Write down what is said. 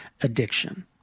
addiction